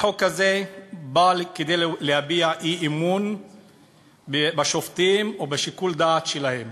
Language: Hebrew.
החוק הזה בא כדי להביע אי-אמון בשופטים ובשיקול הדעת שלהם